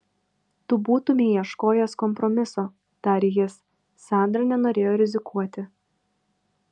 tu būtumei ieškojęs kompromiso tarė jis sandra nenorėjo rizikuoti